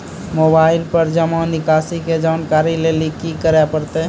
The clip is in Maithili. मोबाइल पर जमा निकासी के जानकरी लेली की करे परतै?